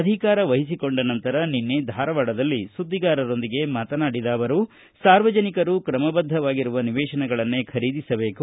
ಅಧಿಕಾರವಹಿಸಿಕೊಂಡ ನಂತರ ನಿನ್ನೆ ಧಾರವಾಡದಲ್ಲಿ ಸುದ್ದಿಗಾರರೊಂದಿಗೆ ಮಾತನಾಡಿದ ಅವರು ಸಾರ್ವಜನಿಕರು ಕ್ರಮಬದ್ದವಾಗಿರುವ ನಿವೇತನಗಳನ್ನೇ ಖರೀದಿಸಬೇಕು